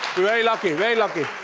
very lucky, very lucky.